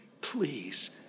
Please